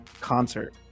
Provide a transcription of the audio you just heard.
concert